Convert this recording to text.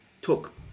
took